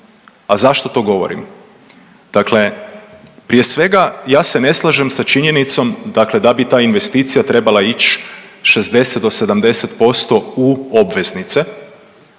A zašto to govorim? Dakle, prije svega, ja se ne slažem sa činjenicom dakle da bi ta investicija trebala ići 60 do 70% u obveznice.